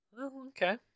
Okay